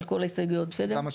על כל ההסתייגויות, בסדר?